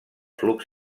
flux